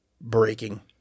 breaking